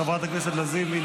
חברת הכנסת לזימי,